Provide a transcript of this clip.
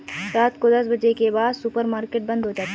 रात को दस बजे के बाद सुपर मार्केट बंद हो जाता है